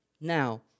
Now